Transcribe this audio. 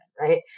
right